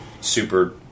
super